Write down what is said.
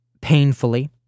painfully